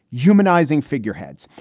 humanizing figureheads.